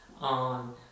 On